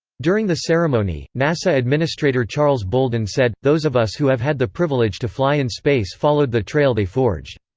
during the ceremony, nasa administrator charles bolden said, those of us who have had the privilege to fly in space followed the trail they forged.